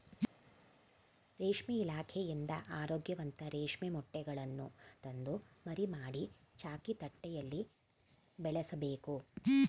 ರೇಷ್ಮೆ ಇಲಾಖೆಯಿಂದ ಆರೋಗ್ಯವಂತ ರೇಷ್ಮೆ ಮೊಟ್ಟೆಗಳನ್ನು ತಂದು ಮರಿ ಮಾಡಿ, ಚಾಕಿ ತಟ್ಟೆಯಲ್ಲಿ ಬೆಳೆಸಬೇಕು